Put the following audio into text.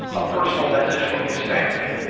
a personal message from his family.